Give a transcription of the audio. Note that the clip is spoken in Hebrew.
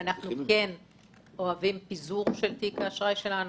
אנחנו כן אוהבים פיזור של תיק האשראי שלנו.